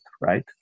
right